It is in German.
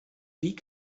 wie